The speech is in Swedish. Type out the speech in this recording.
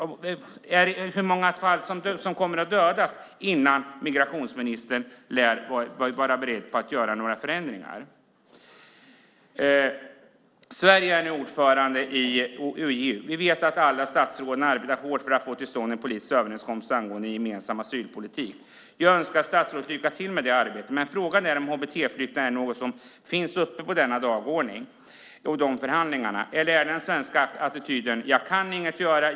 Hur många ska dödas innan migrationsministern är beredd att göra några förändringar? Sverige är nu ordförande i EU. Vi vet alla att statsrådet arbetar hårt för att få till stånd en politisk överenskommelse angående en gemensam asylpolitik. Jag önskar statsrådet lycka till med det arbetet. Frågan är om hbt-flyktingar är något som finns på dagordningen och i förhandlingarna. Är den svenska attityden även i de här fallen: Jag kan inget göra.